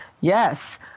Yes